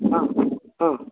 ಹಾಂ ಹಾಂ